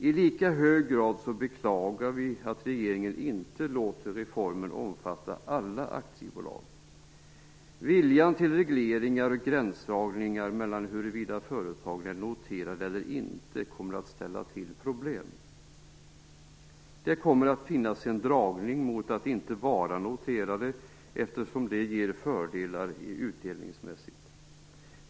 I lika hög grad beklagar vi att regeringen inte låter reformen omfatta alla aktiebolag. Viljan till regleringar och gränsdragningar mellan huruvida företagen är noterade eller inte kommer att ställa till problem. Det kommer att finnas en dragning mot att inte vara noterad, eftersom det ger fördelar utdelningsmässigt.